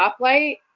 stoplight